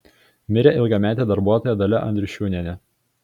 mirė ilgametė darbuotoja dalia andriušiūnienė